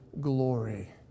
glory